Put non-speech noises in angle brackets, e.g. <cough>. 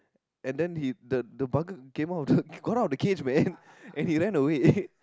and then he the the bugger came out got out of the cage man and he ran away <laughs>